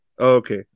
Okay